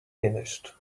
finished